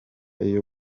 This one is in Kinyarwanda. iyo